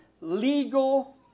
legal